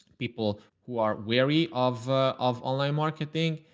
people who are wary of of online marketing,